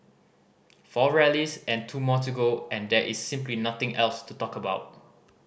four rallies and two more to go and there is simply nothing else to talk about